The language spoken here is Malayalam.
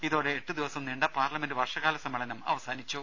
ഇതോടെ എട്ട് ദിവസം നീണ്ട പാർലമെന്റ് വർഷകാല സമ്മേളനം അവസാനിച്ചു